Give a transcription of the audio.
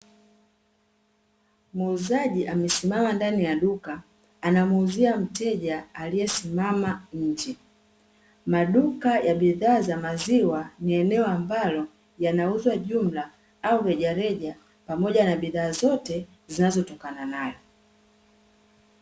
Muuzaji amesimama ndani ya duka anamuuzia mteja aliyesimama nje, maduka ya bidhaa za maziwa ni eneo ambalo yanauzwa kwa jumla au rejareja. Pamoja na bidhaa zote zinazotokana nayo.